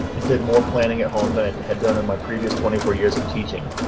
it did more planning at home that had done in my previous twenty four years of teaching.